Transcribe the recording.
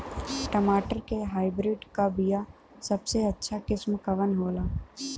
टमाटर के हाइब्रिड क बीया सबसे अच्छा किस्म कवन होला?